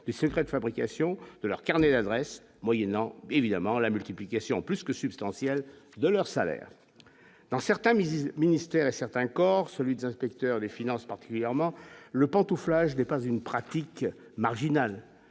des secrets de fabrication de leurs carnets d'adresses moyennant évidemment la multiplication plus que substantielle de leur salaire dans certains misent ministère et certains corps, celui des inspecteurs des finances, particulièrement le pantouflage, n'est pas une pratique marginale